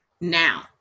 now